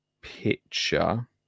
picture